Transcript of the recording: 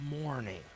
morning